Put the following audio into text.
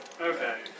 Okay